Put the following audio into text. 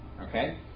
Okay